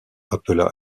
appela